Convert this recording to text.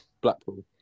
Blackpool